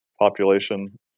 population